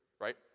right